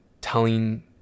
telling